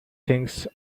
things